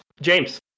James